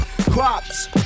Crops